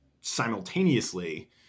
simultaneously